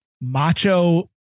macho